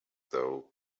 though